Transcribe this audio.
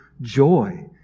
joy